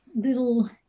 little